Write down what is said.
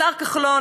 השר כחלון,